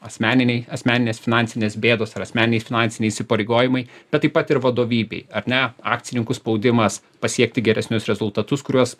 asmeniniai asmeninės finansinės bėdos ar asmeniniai finansiniai įsipareigojimai bet taip pat ir vadovybėj ar ne akcininkų spaudimas pasiekti geresnius rezultatus kuriuos